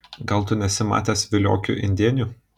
gal tu nesi matęs viliokių indėnių